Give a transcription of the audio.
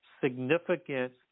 significant